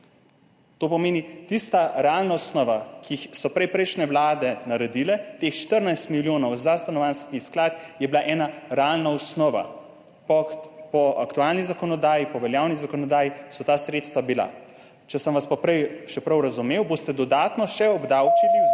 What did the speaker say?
To pomeni, tista realna osnova, ki so jo prejšnje vlade naredile, teh 14 milijonov za Stanovanjski sklad je bila ena realna osnova, po aktualni zakonodaji, po veljavni zakonodaji so bila ta sredstva. Če sem vas prej prav razumel, boste še dodatno obdavčili